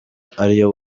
ariyo